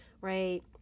right